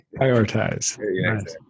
Prioritize